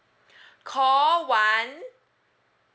call one